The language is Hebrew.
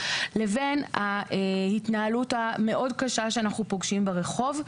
לבין ההתנהלות המאוד קשה שאנחנו פוגשים ברחוב.